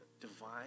divine